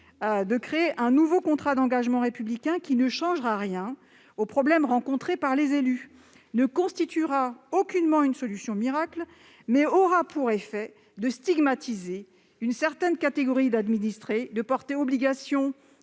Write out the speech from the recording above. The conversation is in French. de créer un contrat d'engagement républicain : il ne changera rien aux problèmes rencontrés par les élus ! Loin de constituer une solution miracle, il aura pour effet de stigmatiser une certaine catégorie d'administrés et d'obliger